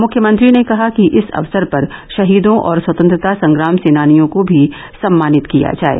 मुख्यमंत्री ने कहा कि इस अक्सर पर शहीदों और स्वतंत्रता संग्राम सेनानियों को भी सम्मानित किया जाये